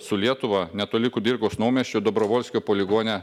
su lietuva netoli kudirkos naumiesčio dobrovolskio poligone